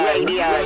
Radio